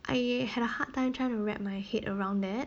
I had a hard time trying to wrap my head around that